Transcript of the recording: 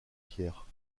pierre